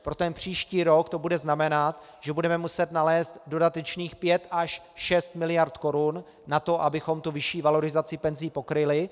Pro ten příští rok to bude znamenat, že budeme muset nalézt dodatečných pět až šest miliard korun na to, abychom tu vyšší valorizaci penzí pokryli.